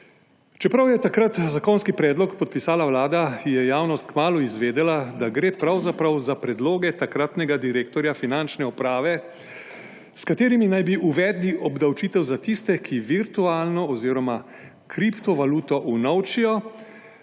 Čeprav je takrat zakonski predlog podpisala Vlada, je javnost kmalu izvedela, da gre pravzaprav za predloge takratnega direktorja Finančne uprave, s katerimi naj bi uvedli obdavčitev za tiste, ki virtualno oziroma kriptovaluto unovčijo